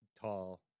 Tall